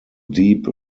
deep